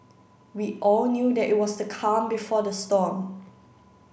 we all knew that it was the calm before the storm